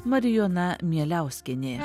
marijona mieliauskienė